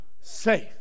safe